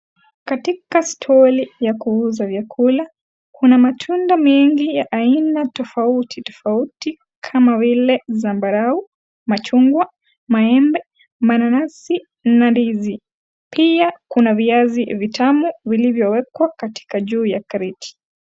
Katika stall ya kuuza vyakula kuna matunda mengi ya aina tofauti tofauti kama vile zambarau, machungwa, maembe, mananasi na ndizi pia kuna viazi vitamu vilivyowekwa katika juu ya kreti.